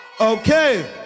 Okay